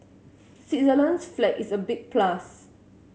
Switzerland's flag is a big plus